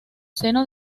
seno